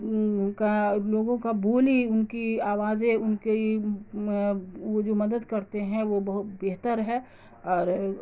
کا لوگوں کا بولی ان کی آوازیں ان کی وہ جو مدد کرتے ہیں وہ بہت بہتر ہے اور